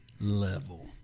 level